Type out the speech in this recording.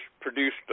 produced